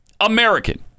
American